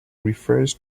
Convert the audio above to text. refers